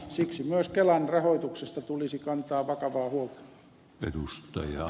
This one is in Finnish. siksi myös kelan rahoituksesta tulisi kantaa vakavaa huolta